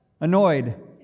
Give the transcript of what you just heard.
Annoyed